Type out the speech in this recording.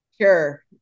Sure